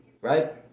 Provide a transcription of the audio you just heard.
right